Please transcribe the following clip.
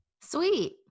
Sweet